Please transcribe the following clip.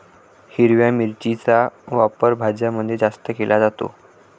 हिरव्या मिरचीचा वापर भाज्यांमध्ये जास्त केला जातो